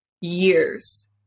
years